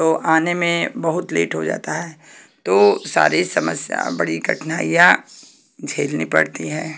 तो आने में बहुत लेट हो जाता है तो सारी समस्या बड़ी कठिनाईयाँ झेलनी पड़ती हैं